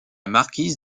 marquise